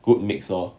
good mix lor